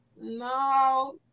no